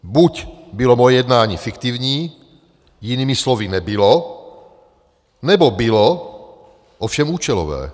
Buď bylo moje jednání fiktivní, jinými slovy nebylo, nebo bylo, ovšem účelové.